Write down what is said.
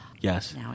Yes